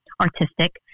artistic